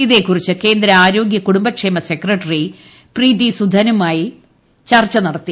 ഇതെകുറിച്ച് കേന്ദ്ര ആരോഗ്യ കുടുംബക്ഷേമസെക്രട്ടറി പ്രീതി സുധനുമായി ചർച്ച നടത്തി